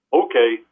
okay